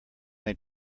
they